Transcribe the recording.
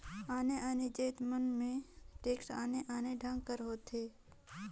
आने आने जाएत मन में टेक्स आने आने ढंग कर होथे